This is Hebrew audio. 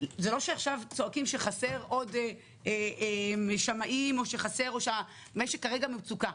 זה לא שעכשיו צועקים שחסרים עוד שמאים או שהמשק כרגע במצוקה.